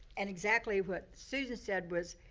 and exactly what susan said was,